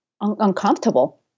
uncomfortable